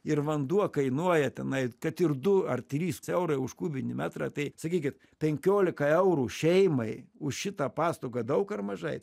ir vanduo kainuoja tenai kad ir du ar trys eurai už kubinį metrą tai sakykit penkiolika eurų šeimai už šitą paslaugą daug ar mažai